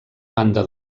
banda